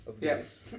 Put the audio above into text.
yes